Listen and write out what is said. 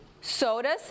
sodas